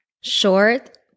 short